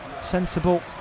sensible